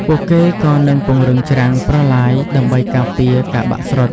ពួកគេក៏នឹងពង្រឹងច្រាំងប្រឡាយដើម្បីការពារការបាក់ស្រុត។